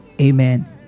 amen